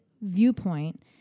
viewpoint